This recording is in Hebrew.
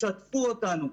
שתפו אותנו.